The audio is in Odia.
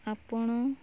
ଆପଣ